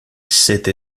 cette